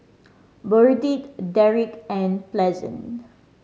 Burdette Derrick and Pleasant